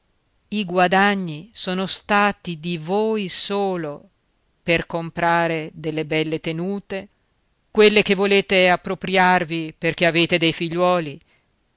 i guadagni sono stati di voi solo per comprare delle belle tenute quelle che volete appropriarvi perché avete dei figliuoli